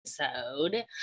episode